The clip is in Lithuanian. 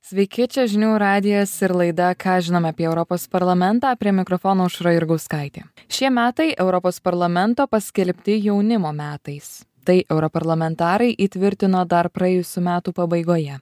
sveiki čia žinių radijas ir laida ką žinom apie europos parlamentą prie mikrofono aušra jurgauskaitė šie metai europos parlamento paskelbti jaunimo metais tai europarlamentarai įtvirtino dar praėjusių metų pabaigoje